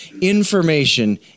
information